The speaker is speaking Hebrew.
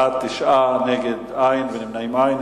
בעד, 9, נגד, אין, נמנעים, אין.